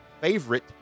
favorite